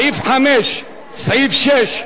סעיף 5, סעיף 6,